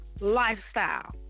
lifestyle